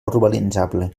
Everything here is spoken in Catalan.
urbanitzable